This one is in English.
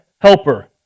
helper